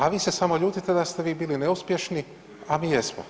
A vi se samo ljutite da ste vi bili neuspješni, a mi jesmo.